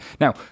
Now